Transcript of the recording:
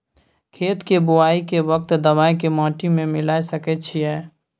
खेत के बुआई के वक्त दबाय के माटी में मिलाय सके छिये?